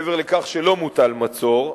מעבר לכך שלא מוטל מצור,